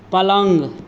पलङ्ग